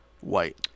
white